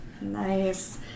Nice